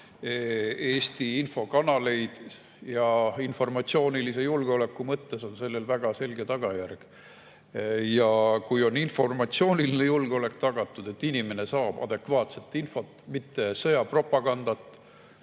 selgelt kahaneb. Informatsioonilise julgeoleku mõttes on sellel väga selge tagajärg. Kui informatsiooniline julgeolek on tagatud – inimene saab adekvaatset infot, mitte sõjapropagandat